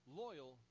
loyal